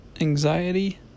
anxiety